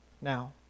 now